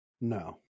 No